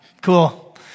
cool